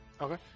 Okay